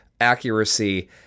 accuracy